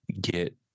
get